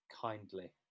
kindly